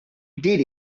did